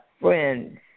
friends